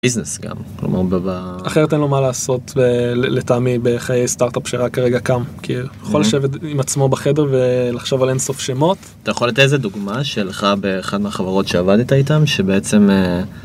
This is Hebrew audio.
ביזנס גם, כלומר ב... אחרת אין לו מה לעשות לטעמי בחיי סטארט-אפ שרק כרגע קם כאילו יכול לשבת עם עצמו בחדר ולחשוב על אינסוף שמות. אתה יכול לתת איזה דוגמה שלך באחד מהחברות שעבדת איתם שבעצם..